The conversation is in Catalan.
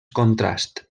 contrast